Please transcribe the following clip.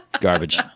Garbage